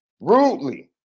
rudely